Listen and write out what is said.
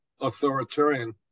authoritarian